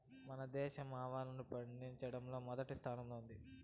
మన దేశం ఆవాలను పండిచటంలో మొదటి స్థానం లో ఉంది